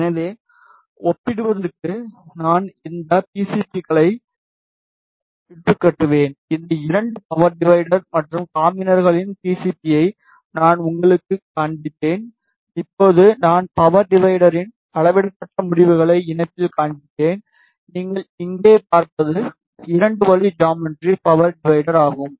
எனவே ஒப்பிடுவதற்கு நான் இந்த பிசிபிகளை இட்டுக்கட்டினேன் இந்த 2 பவர் டிவைடர் மற்றும் காம்பினர்களின் பிசிபியை நான் உங்களுக்குக் காண்பித்தேன் இப்போது நான் பவர் டிவைடரின் அளவிடப்பட்ட முடிவுகளை இணைப்பில் காண்பிப்பேன் நீங்கள் இங்கே பார்ப்பது 2 வழி ஜாமெட்ரி பவர் டிவைடர் ஆகும்